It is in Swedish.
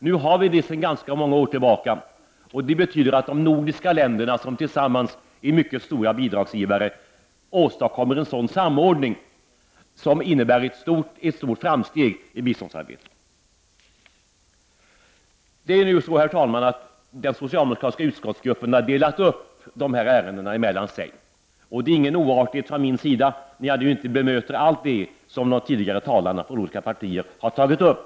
Nu har vi det sedan ganska många år tillbaka, och det betyder att de nordiska länderna, som tillsammans är mycket stora bidragsgivare, åstadkommer en samordning som innebär ett stort framsteg i biståndsarbetet. Den socialdemokratiska utskottsgruppen har delat upp ärendena mellan sig, och det är ingen oartighet från min sida då jag inte bemöter allt det som de tidigare talarna från olika partier har tagit upp.